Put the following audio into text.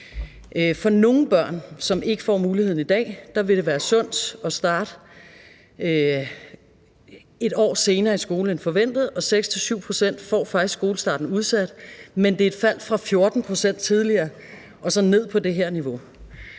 For nogle børn, som ikke får muligheden i dag, vil det være sundt at starte 1 år senere i skole end forventet. 6-7 pct. får faktisk skolestarten udsat, men det er et fald fra 14 pct. tidligere ned til det her niveau.